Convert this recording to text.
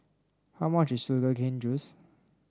how much is Sugar Cane Juice